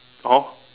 oh